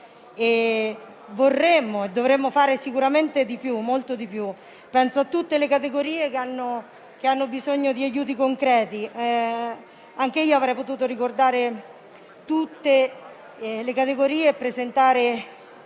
Vorremmo e dovremmo fare sicuramente di più, molto di più. Penso a tutte le categorie che hanno bisogno di aiuti concreti; anche io avrei potuto ricordare tutte le categorie e presentare